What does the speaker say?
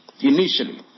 initially